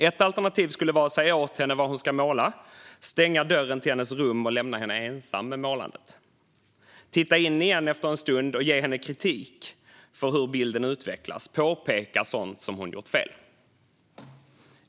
Ett alternativ skulle vara att säga åt henne vad hon ska måla, stänga dörren till hennes rum och lämna henne ensam med målandet, titta in igen efter en stund och ge henne kritik för hur bilden utvecklats och påpeka sådant som hon gjort fel.